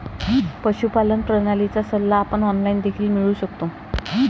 पशुपालन प्रणालीचा सल्ला आपण ऑनलाइन देखील मिळवू शकतो